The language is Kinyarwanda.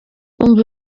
umva